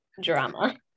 drama